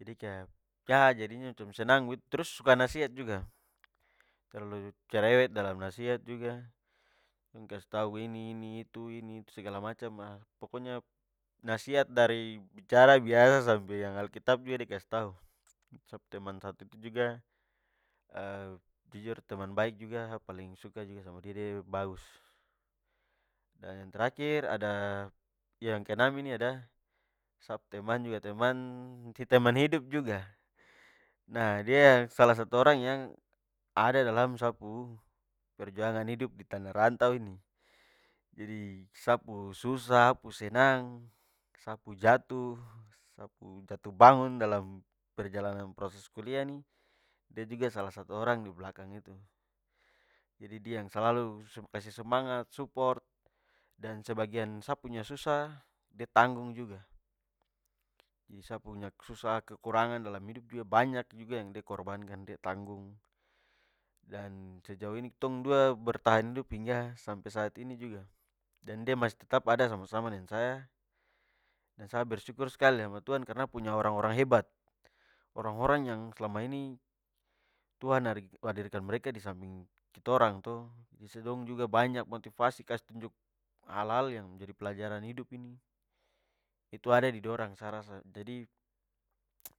Jadi kaya, ya jadinya macam senang begitu. Trus, suka nasihat juga, terlalu cerewet dalam nasihat juga, kasih tau ini, ini, itu, ini, segala macam. Pokoknya nasihat dari bicara biasa sampe yang alkitab juga de kasih tau. Sa pu teman satu itu juga, jujur teman baik juga, sa paling suka juga sama dia, de bagus. Dan yang terakhir, ada yang keenam ini ada- sa pu teman juga, teman teman- hidup juga. Nah, dia salah satu orang yang ada dalam sa pu perjuangan hidup di tanah rantau ini. Jadi, sa pu susah, sa pu senang, sa pu jatuh, sa pu jatuh bangun dalam perjalanan proses kuliah ini, de juga salah satu orang di belakang itu. Jadi, dia yang selalu kasih semangat, suport dan sebagian sa punya susah, de tanggung juga. Sa punya susah, kekurangan dalam hidup juga banyak yang de korbankan, de tanggung. Dan sejauh ini tong dua bertahan hidup hingga sampai saat ini juga. Dan masih tetap sama-sama deng saya dan sa bersyukur skali sama tuhan karna punya orang-orang hebat. Orang-orang yang selama ini tuhan hadirkan mereka disamping kitorang to, dong juga banyak motivasi, kasih tunjuk hal-hal yang menjadi pelajaran hidup ini, itu ada di dorang sa rasa. Jadi,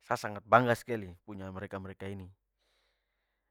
sa sangat bangga skali punya mereka-mereka ini.